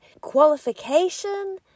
qualification